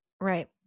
Right